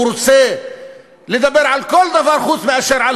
הוא רוצה לדבר על כל דבר חוץ מאשר על